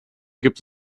gibt